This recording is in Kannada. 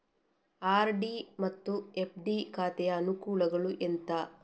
ಆರ್.ಡಿ ಮತ್ತು ಎಫ್.ಡಿ ಖಾತೆಯ ಅನುಕೂಲಗಳು ಎಂತ?